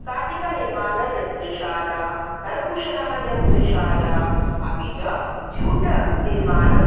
साटिकानिर्माणयन्त्रशाला करकुशलः यन्त्रशाला अपि च जूटनिर्माण